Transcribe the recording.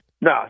No